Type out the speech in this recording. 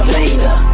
later